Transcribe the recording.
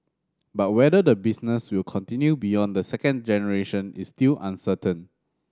but whether the business will continue beyond the second generation is still uncertain